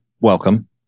welcome